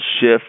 shift